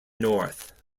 north